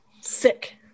sick